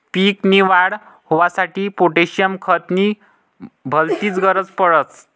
पीक नी वाढ होवांसाठी पोटॅशियम खत नी भलतीच गरज पडस